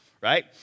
right